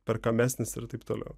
perkamesnis ir taip toliau